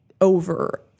over